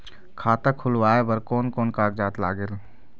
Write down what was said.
खाता खुलवाय बर कोन कोन कागजात लागेल?